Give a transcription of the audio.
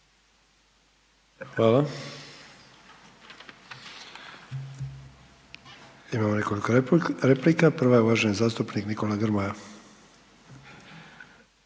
Hvala. Imamo nekoliko replika, prva je poštovanog zastupnika Marasa,